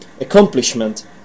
accomplishment